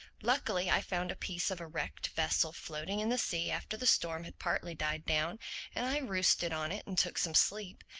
luckily i found a piece of a wrecked vessel floating in the sea after the storm had partly died down and i roosted on it and took some sleep.